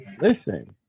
Listen